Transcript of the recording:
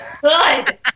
Good